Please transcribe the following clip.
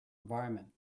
environment